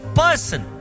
person